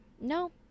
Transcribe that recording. No